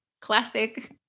classic